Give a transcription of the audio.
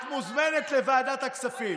אני איכנס לוועדת הכספים.